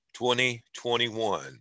2021